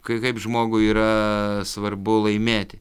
k kaip žmogui yra svarbu laimėti